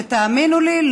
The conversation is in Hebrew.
שתאמינו לי,